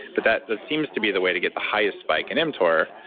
but that that seems to be the way to get the highest spike in mtor.